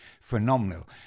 phenomenal